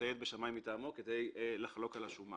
להצטייד בשמאי מטעמו כדי לחלוק על השומה.